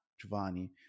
Giovanni